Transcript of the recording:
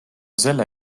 selle